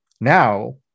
Now